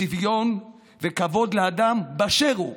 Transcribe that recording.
שוויון וכבוד לאדם באשר הוא